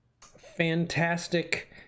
Fantastic